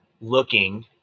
looking